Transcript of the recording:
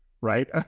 right